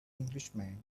englishman